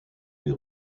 les